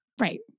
Right